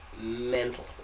Mental